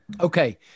Okay